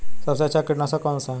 सबसे अच्छा कीटनाशक कौन सा है?